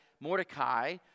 Mordecai